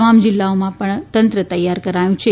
તમામ જિલ્લાઓમાં પણ તંત્ર તૈયાર કરાયું છે